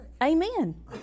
Amen